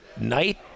night